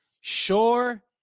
sure